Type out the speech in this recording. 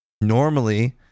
normally